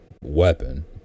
weapon